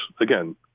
again